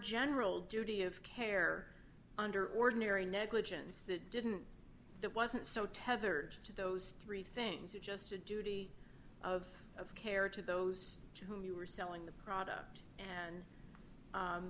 general duty of care under ordinary negligence that didn't that wasn't so tethered to those three things or just a duty of care to those who were selling the product and